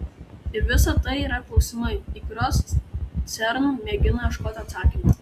ir visa tai yra klausimai į kuriuos cern mėgina ieškoti atsakymų